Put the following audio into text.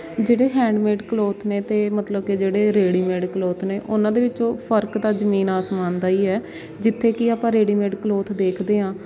ਜਿਹੜੇ handmade cloth ਨੇ ਅਤੇ ਮਤਲਬ ਕਿ ਜਿਹੜੇ ਰੈਡੀਮੇਡ ਕਲੋਥ ਨੇ ਉਹਨਾਂ ਦੇ ਵਿੱਚੋਂ ਫ਼ਰਕ ਤਾਂ ਜਮੀਨ ਅਸਮਾਨ ਦਾ ਹੀ ਹੈ ਜਿੱਥੇ ਕੀ ਆਪਾਂ ਰੈਡੀਮੇਡ ਕਲੋਥ ਦੇਖਦੇ ਹਾਂ